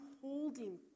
holding